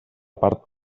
part